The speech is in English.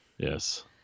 Yes